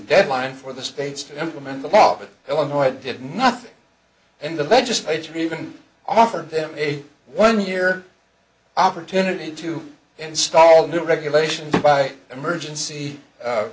deadline for the states to implement the poppet illinois did nothing and the legislature even offered them a one year opportunity to install new regulations by emergency